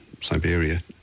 Siberia